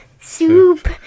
soup